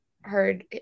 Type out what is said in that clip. heard